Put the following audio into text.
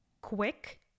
quick